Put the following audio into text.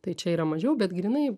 tai čia yra mažiau bet grynai